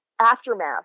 aftermath